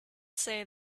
say